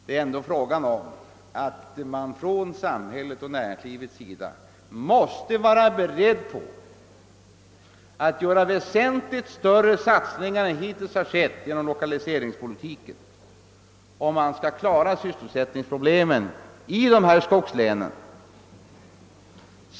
Det är ändå fråga om att samhället och näringslivet måste vara beredda att göra väsentligt större satsningar än hittills på lokaliseringspolitiken, om sysselsättningsproblemen i dessa skogslän skall kunna klaras.